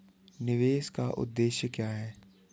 निवेश का उद्देश्य क्या है?